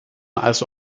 also